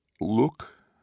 look